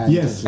Yes